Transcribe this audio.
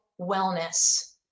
wellness